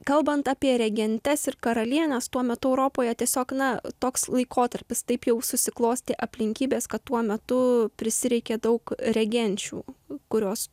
kalbant apie regentes ir karalienes tuo metu europoje tiesiog na toks laikotarpis taip jau susiklostė aplinkybės kad tuo metu prisireikė daug regenčių kurios